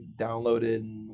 downloaded